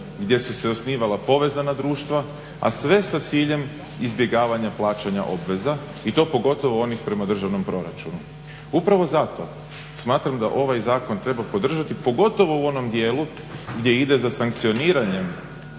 gdje su se osnivala povezana društva, a sve sa ciljem izbjegavanja plaćanja obveza i to pogotovo onih prema državnom proračunu. Upravo zato smatram da ovaj zakon treba podržati pogotovo u onom dijelu gdje ide za sankcioniranjem